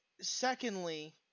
Secondly